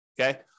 Okay